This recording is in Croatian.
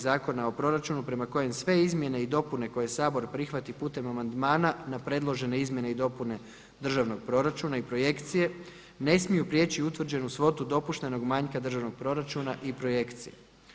Zakona o proračunu prema kojem sve izmjene i dopune koje Sabor prihvati putem amandmana na predložene izmjene i dopune Državnog proračuna i projekcije ne smiju prijeći utvrđenu svotu dopuštenog manjka državnog proračuna i projekcije.